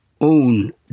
own